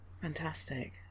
Fantastic